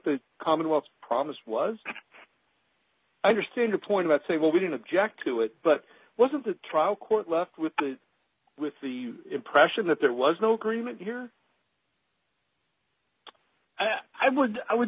the commonwealth promise was understand a point about say well we didn't object to it but wasn't the trial court left with the with the impression that there was no agreement here i would i would